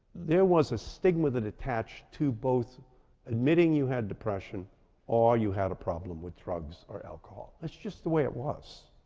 there was a stigma that attached to both admitting you had depression or you had a problem with drugs or alcohol. that's just the way it was.